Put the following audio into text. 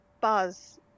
buzz